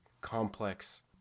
complex